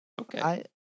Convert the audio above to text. Okay